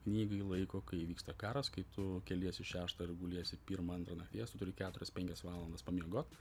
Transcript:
knygai laiko kai vyksta karas kai tu keliesi šeštą ir guliesi pirmą antrą nakties tu turi keturias penkias valandas pamiegot